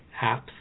apps